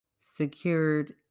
secured